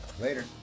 later